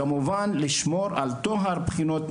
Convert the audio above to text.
וכמובן לשמור על טוהר הבחינות,